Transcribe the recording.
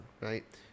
right